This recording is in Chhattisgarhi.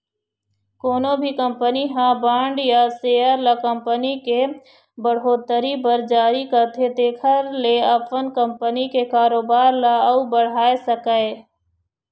कोनो भी कंपनी ह बांड या सेयर ल कंपनी के बड़होत्तरी बर जारी करथे जेखर ले अपन कंपनी के कारोबार ल अउ बढ़ाय सकय